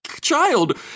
child